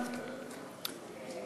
תודה רבה.